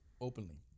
openly